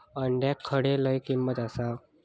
अंड्याक खडे लय किंमत मिळात?